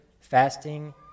fasting